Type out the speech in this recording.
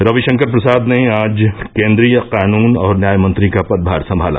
रविशंकर प्रसाद ने आज केन्द्रीय कानून और न्याय मंत्री का पदभार संभाला